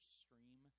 stream